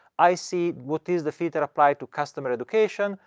i see what is the filter applied to customer education,